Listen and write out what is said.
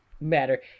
matter